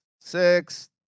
six